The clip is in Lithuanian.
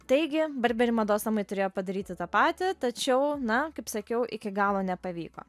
taigi barberi mados namai turėjo padaryti tą patį tačiau na kaip sakiau iki galo nepavyko